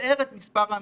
למזער את מספר המפגשים.